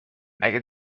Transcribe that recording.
مگه